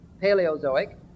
Paleozoic